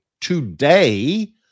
today